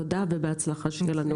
תודה, ובהצלחה שיהיה לנו.